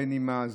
בין אם הזוג,